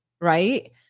Right